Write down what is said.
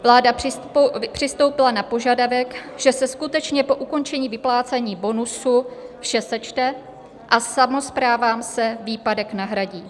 Vláda přistoupila na požadavek, že se skutečně po ukončení vyplácení bonusu vše sečte a samosprávám se výpadek nahradí.